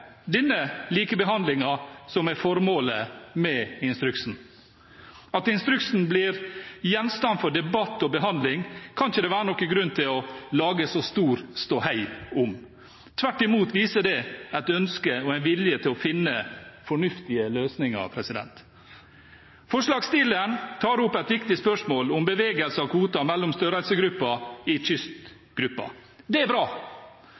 denne likebehandlingen, som er formålet med instruksen. At instruksen blir gjenstand for debatt og behandling, kan det ikke være noen grunn til å lage så stor ståhei om. Tvert imot viser det et ønske og en vilje til å finne fornuftige løsninger. Forslagsstilleren tar opp et viktig spørsmål om bevegelse av kvoter mellom størrelsesgrupper i kystgruppen. Det er bra.